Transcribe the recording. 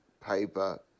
paper